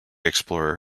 explorer